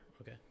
Okay